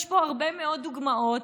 יש פה הרבה מאוד דוגמאות.